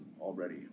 already